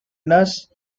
nurse